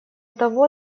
того